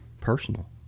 personal